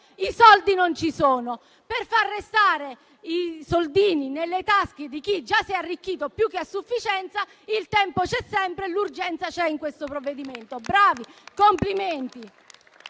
i soldi non ci sono, per far restare i soldini nelle tasche di chi già si è arricchito più che a sufficienza, il tempo c'è sempre e c'è l'urgenza in questo provvedimento. Bravi, complimenti.